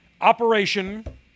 Operation